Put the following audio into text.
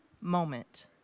moment